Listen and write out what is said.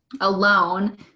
alone